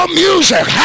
music